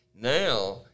Now